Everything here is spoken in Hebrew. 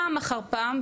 פעם אחר פעם,